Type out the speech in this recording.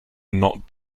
not